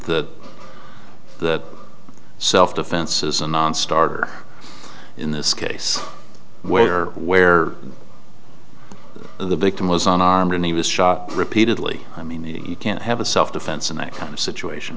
that that self defense is a nonstarter in this case where where the victim was unarmed and he was shot repeatedly i mean you can't have a self defense in that kind of situation